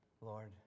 Lord